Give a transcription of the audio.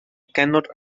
cannot